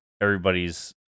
everybody's